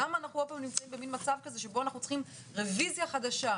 למה אנחנו נמצאים במצב שבו אנחנו צריכים רביזיה חדשה,